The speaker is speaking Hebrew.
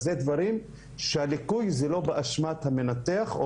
אלה דברים שהליקוי בהם הוא לא באשמת המנתח.